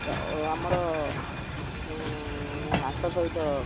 ଆମର ଆଙ୍କ ସହିତ